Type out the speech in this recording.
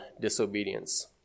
disobedience